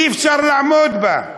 אי-אפשר לעמוד בה.